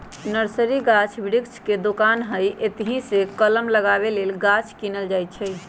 nursery गाछ वृक्ष के दोकान हइ एतहीसे कलम लगाबे लेल गाछ किनल जाइ छइ